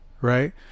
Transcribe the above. right